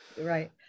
Right